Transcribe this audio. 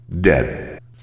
Dead